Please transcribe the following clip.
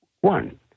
one